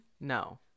No